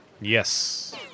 Yes